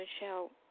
Michelle